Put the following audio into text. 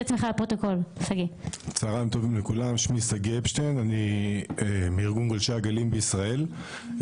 אני מארגון גולשי הגלים בישראל,